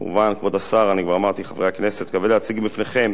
כבוד השר, חברי הכנסת, אני מתכבד להציג בפניכם